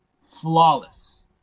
flawless